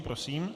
Prosím.